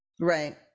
Right